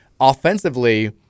Offensively